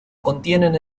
contienen